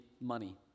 money